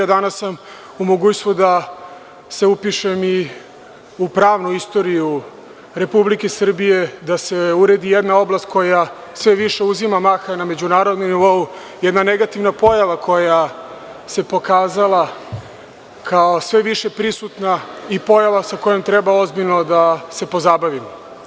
Danas sam u mogućnosti da se upišem i u pravnu istoriju Republike Srbije, da se uredi jedna oblast koja sve više uzima maha na međunarodnom nivou, jedna negativna pojava koja se pokazala kao sve više prisutna i pojava sa kojom treba ozbiljno da se pozabavimo.